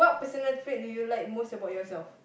personal trait do you most like about yourself